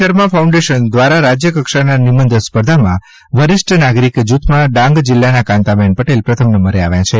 Karma foundation દ્વારા રાજ્યકક્ષાના નિબંધ સ્પર્ધામાં વરિષ્ઠ નાગરિક જૂથમાં ડાંગ જિલ્લાના કાંતાબેન પટેલ પ્રથમ નંબરે આવ્યા છે